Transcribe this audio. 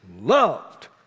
loved